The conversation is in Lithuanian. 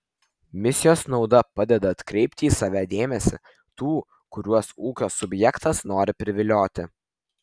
misijos nauda padeda atkreipti į save dėmesį tų kuriuos ūkio subjektas nori privilioti